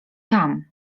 tam